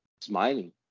smiling